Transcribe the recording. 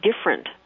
different